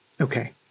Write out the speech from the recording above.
okay